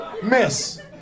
Miss